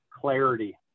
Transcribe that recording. clarity